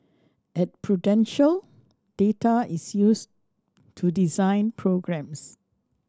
at Prudential data is used to design programmes